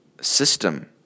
system